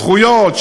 זכויות,